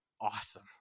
awesome